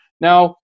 now